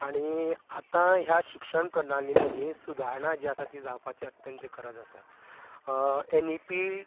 आनी आता ह्या शिक्षण प्रणाली मदीं सुदारणां जी आसा ती जावपाची अत्यंत गरज आसा एन इ पी